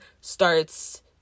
starts